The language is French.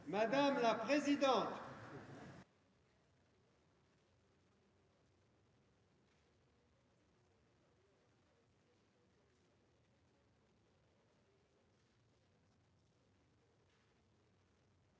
madame la présidente,